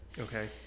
okay